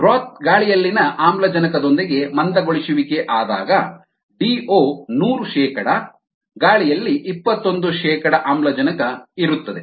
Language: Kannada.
ಬ್ರೋತ್ ಗಾಳಿಯಲ್ಲಿನ ಆಮ್ಲಜನಕದೊಂದಿಗೆ ಮಂದಗೊಳಿಸುವಿಕೆ ಆದಾಗ ಡಿಒ ನೂರು ಶೇಕಡಾ ಗಾಳಿಯಲ್ಲಿ ಇಪ್ಪತ್ತೊಂದು ಶೇಕಡಾ ಆಮ್ಲಜನಕ ಇರುತ್ತದೆ